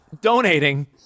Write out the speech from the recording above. Donating